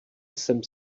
jsem